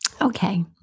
Okay